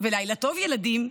ולילה טוב, ילדים,